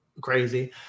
crazy